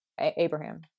Abraham